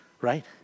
Right